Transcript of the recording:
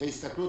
אחרי ההסתכלות,